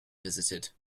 visited